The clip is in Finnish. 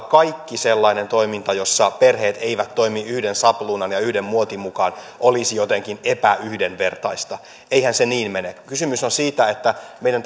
kaikki sellainen toiminta jossa perheet eivät toimi yhden sapluunan ja yhden muotin mukaan olisi jotenkin epäyhdenvertaista eihän se niin mene kysymys on siitä että meidän